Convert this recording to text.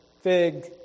fig